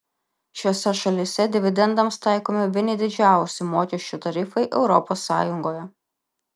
šiose šalyse dividendams taikomi vieni didžiausių mokesčių tarifai europos sąjungoje